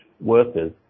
workers